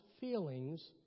feelings